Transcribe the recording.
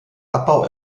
abbau